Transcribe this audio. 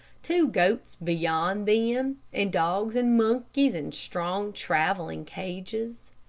two goats beyond them, and dogs and monkeys in strong traveling cages.